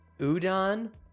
udon